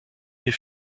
met